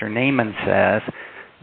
mr name and says